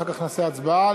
אחר כך נעשה הצבעה.